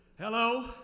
Hello